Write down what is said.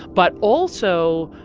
but also,